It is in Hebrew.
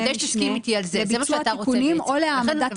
משנה לביצוע תיקונים או להעמדת הדירה.